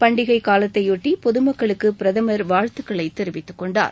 பண்டிகைக் காலத்தைபொட்டி பொதுமக்களுக்கு பிரதமர் வாழ்த்துக்களை தெரிவித்துக் கொண்டார்